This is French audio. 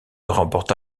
remporta